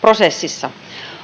prosessissa